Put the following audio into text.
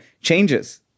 Changes